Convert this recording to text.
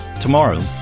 Tomorrow